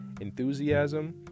Enthusiasm